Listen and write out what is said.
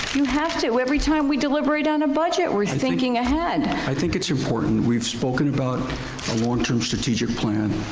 have to every time we deliberate on a budget, we're thinking ahead. i think it's important, we've spoken about a longterm strategic plan,